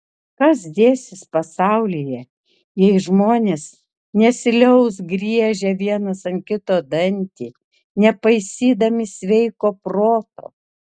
kas dėsis pasaulyje jei žmonės nesiliaus griežę vienas ant kito dantį nepaisydami sveiko proto